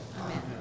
Amen